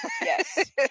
yes